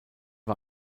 war